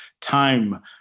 time